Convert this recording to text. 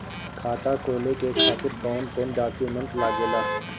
खाता खोले के खातिर कौन कौन डॉक्यूमेंट लागेला?